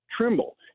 Trimble